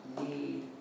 need